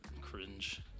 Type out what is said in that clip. cringe